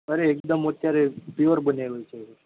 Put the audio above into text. અરે એકદમ અત્યારે પ્યોર બનેલો છે